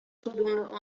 voldoende